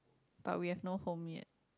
but we have no home yet